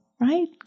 right